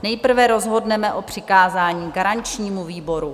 Nejprve rozhodneme o přikázání garančnímu výboru.